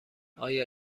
آیا